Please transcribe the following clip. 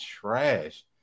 trash